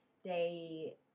stay